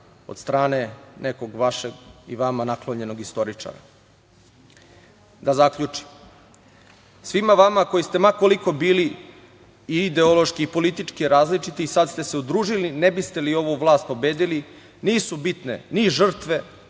od strane nekog vašeg i vama naklonjenog istoričara. Da zaključim, svima vama, koji ste ma koliko bili ideološki i politički različiti sada ste se udružili ne biste li ovu vlast pobedili, nisu bitne ni žrtve